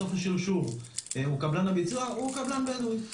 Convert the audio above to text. בסוף השרשור הוא קבלן הביצוע הוא קבלן בדואי,